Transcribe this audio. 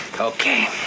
Okay